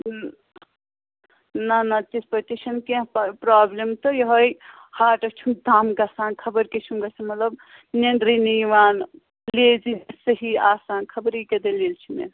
نہَ نہَ تِتھٕ پٲٹھۍ تہِ چھنہٕ کیٚنٛہہ پرٛابلِم تہٕ یِوٚہَے ہارٹَس چھُم دَم گژھان خبر کیٛاہ چھُم گژھان مطلب نیٚنٛدرٕے نہٕ یِوان لیٚزیٖنٮ۪س صحیح آسان خبر یہِ کیٛاہ دٔلیٖل چھِ مےٚ